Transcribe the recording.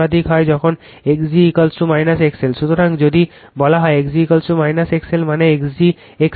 সুতরাং যদি বলা হয় x g XL মানে x g XL0